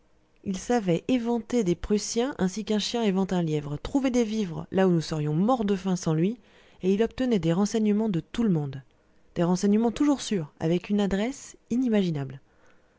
il savait éventer des prussiens ainsi qu'un chien évente un lièvre trouver des vivres là où nous serions morts de faim sans lui et il obtenait des renseignements de tout le monde des renseignements toujours sûrs avec une adresse inimaginable